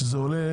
שזה עולה,